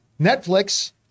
Netflix